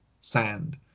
sand